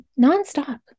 nonstop